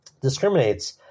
discriminates